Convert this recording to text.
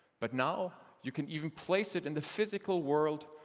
but now, you can even place it in the physical world,